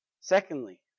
Secondly